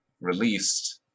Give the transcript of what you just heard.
released